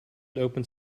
opened